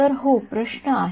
तर हो प्रश्न आहे